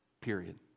period